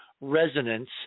resonance